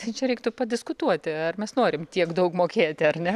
tai čia reiktų padiskutuoti ar mes norim tiek daug mokėti ar ne